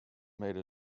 made